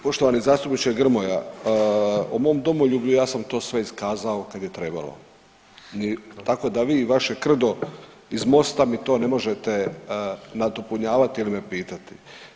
Poštovani zastupniče Grmoja, o mom domoljublju ja sam to sve iskazao kad je trebalo, tako da vi i vaše krdo iz Mosta mi to ne možete nadopunjavati ili me pitati.